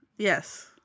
Yes